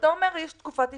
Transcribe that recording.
אומר שיש תקופת התיישנות.